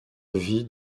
vie